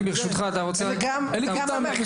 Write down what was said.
ככה זה גם ביפיע.